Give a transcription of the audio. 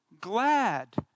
glad